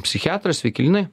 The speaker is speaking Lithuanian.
psichiatras sveiki linai